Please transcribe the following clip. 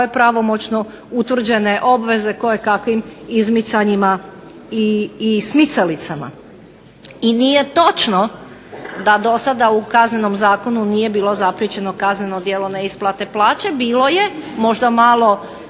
svoje pravomoćno utvrđene obveze koje kakvim izmicanjima i smicalicama. I nije točno da do sada u Kaznenom zakonu nije bilo zapriječeno kazneno djelo neisplate plaće. Bilo je. Možda malo